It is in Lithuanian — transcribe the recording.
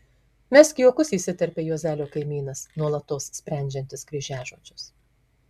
mesk juokus įsiterpia juozelio kaimynas nuolatos sprendžiantis kryžiažodžius